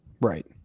Right